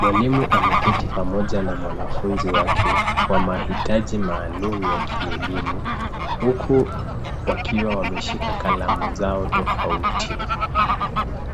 Mwalimu ameketi pamoja na mwanafunzi wake wa mahitaji maalumu ya kielimu, huku wakiwa wameshika kalamu zao tofauti.